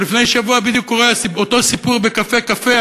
ולפני שבוע בדיוק קורה אותו סיפור ב"קפה קפה",